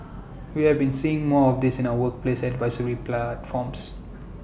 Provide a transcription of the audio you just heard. we have been seeing more of this in our workplace advisory platforms